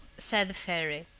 said the fairy,